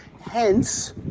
Hence